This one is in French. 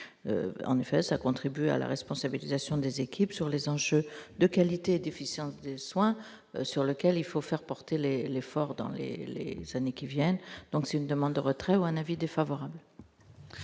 en effet, ça contribue à la responsabilisation des équipes sur les enjeux de qualité déficiente soins sur lequel il faut faire porter les l'effort dans les, les, les années qui viennent, donc c'est une demande de retrait ou un avis défavorable.